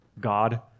god